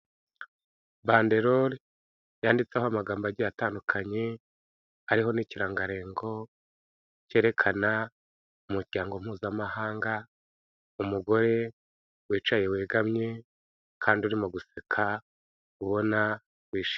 Banderore yanditseho amagambo agiye atandukanye, ariho n'ikirangantego cyerekana umuryango Mpuzamahanga, umugore wicaye wegamye kandi urimo guseka ubona wishimye.